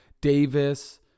Davis